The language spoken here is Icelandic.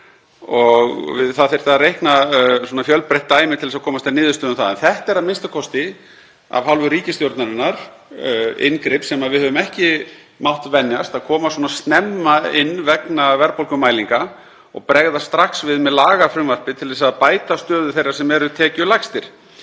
og það þyrfti að reikna fjölbreytt dæmi til þess að komast að niðurstöðu um það. En þetta er a.m.k., af hálfu ríkisstjórnarinnar, inngrip sem við höfum ekki mátt venjast að koma svona snemma inn vegna verðbólgumælinga og bregðast strax við með lagafrumvarpi til að bæta stöðu þeirra sem eru tekjulægstir.